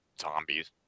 zombies